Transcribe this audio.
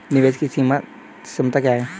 निवेश की सीमांत क्षमता क्या है?